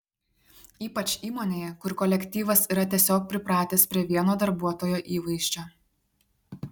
ypač įmonėje kur kolektyvas yra tiesiog pripratęs prie vieno darbuotojo įvaizdžio